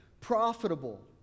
profitable